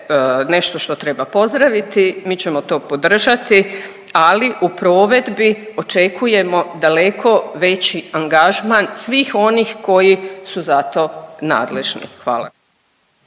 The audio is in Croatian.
nešto što treba pozdraviti, mi ćemo to podržati, ali u provedbi očekujemo daleko veći angažman svih onih koji su za to nadležni. Hvala.